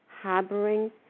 Harboring